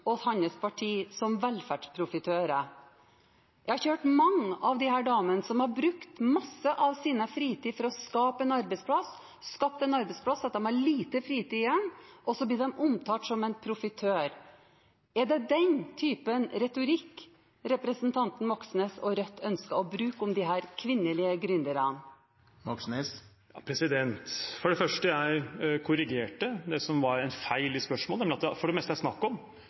og hans parti som velferdsprofitører. Jeg har kjent mange av disse damene som har brukt masse av sin fritid på å skape en arbeidsplass. De har skapt en arbeidsplass og har lite fritid igjen, og så omtales de som en profitør. Er det denne type retorikk representanten Moxnes og Rødt ønsker å bruke om disse kvinnelige gründerne? For det første: Jeg korrigerte det som var en feil i spørsmålet. Det er nemlig for det meste snakk om